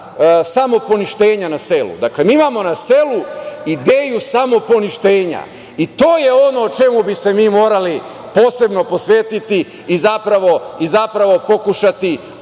samoponištenja na selu. Mi imamo na selu ideju samoponištenja i to je ono čemu bi se mi morali posebno posvetiti i zapravo pokušati,